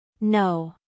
No